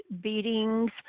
beatings